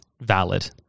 valid